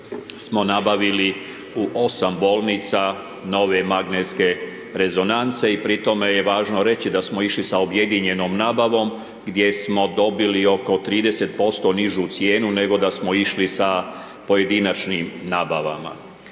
smo nabavili u 8 bolnica nove magnetske rezonance i pri tome je važno reći da smo išli sa objedinjenom nabavom gdje smo dobili oko 30% nižu cijenu nego da smo išli sa pojedinačnim nabavama.